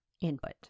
input